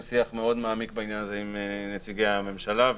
שיח מאוד מעמיק בעניין הזה עם נציגי הממשלה,